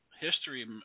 history